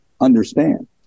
understand